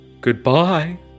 Goodbye